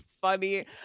funny